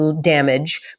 damage